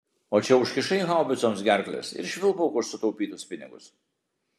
o čia užkišai haubicoms gerkles ir švilpauk už sutaupytus pinigus